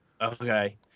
Okay